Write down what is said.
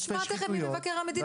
נשמע תיכף ממבקר המדינה,